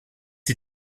die